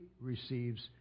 receives